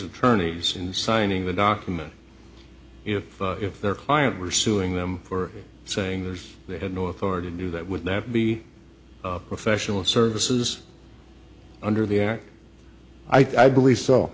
attorneys and signing the document you know if their client were suing them for saying there's they had no authority to do that would that be professional services under the air i believe so